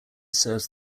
serves